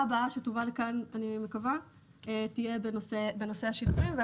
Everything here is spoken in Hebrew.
שתבוא לכאן תהיה בנושא השידורים,